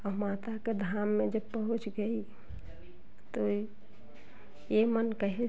और माता के धाम में जब पहुँच गई तो ही ये मन कहे